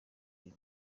uyu